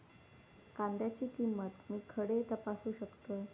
कांद्याची किंमत मी खडे तपासू शकतय?